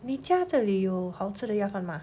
你家这里有好吃的鸭饭 mah